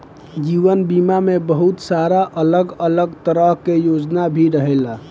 जीवन बीमा में बहुत सारा अलग अलग तरह के योजना भी रहेला